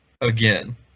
again